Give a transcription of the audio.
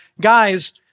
guys